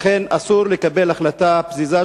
לכן אסור לקבל החלטה פזיזה,